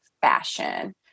fashion